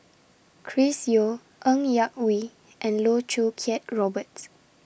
Chris Yeo Ng Yak Whee and Loh Choo Kiat Roberts